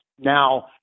now